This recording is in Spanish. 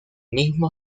mismo